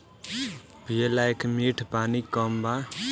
पिए लायक मीठ पानी कम बा